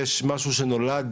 יש משהו שנולד,